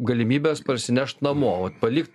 galimybės parsinešti namo vat palikti